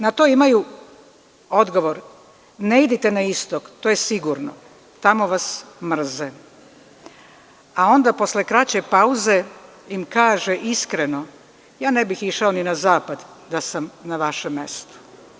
Na to imaju odgovor – ne idite na istok, to je sigurno, tamo vas mrze, a onda posle kraće pauze im kaže iskreno – ja ne bih išao ni na zapad da sam na vašem mestu.